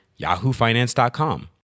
yahoofinance.com